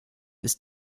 ist